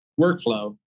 workflow